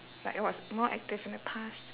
like it was more active in the past